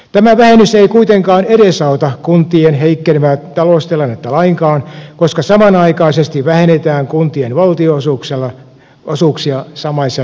tämä vähennys ei kuitenkaan edesauta kuntien heikkenevää taloustilannetta lainkaan koska samanaikaisesti vähennetään kuntien valtionosuuksia samaisella miljardilla